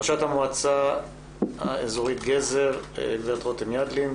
ראשת המועצה האזורית גזר, גברת רותם ידלין.